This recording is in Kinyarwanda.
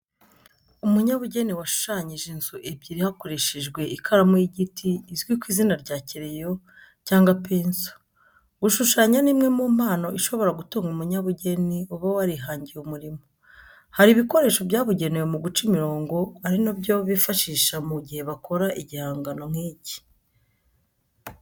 Umunyabugeni washushanyije inzu ebyeri hakoreshejwe ikaramu y’igiti izwi ku izina rya kereyo cyangwa penso. Gushushanya ni imwe mu mpano ishobora gutunga umunyabugeni uba warihangiye umurimo. Hari ibikoresho byabugenewe mu guca imirongo ari nabyo bifashisha mu gihe bakora igihangano nk'iki.